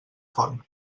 font